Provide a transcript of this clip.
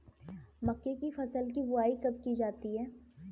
मक्के की फसल की बुआई कब की जाती है?